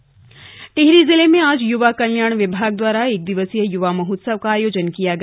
युवा महोत्सव टिहरी जिले में आज युवा कल्याण विभाग द्वाराएक दिवसीय युवा महोत्सव का आयोजन किया गया